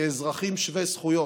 כאזרחים שווי זכויות.